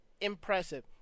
impressive